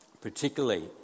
particularly